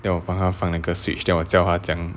then 我帮她放哪个 switch then 我教她怎样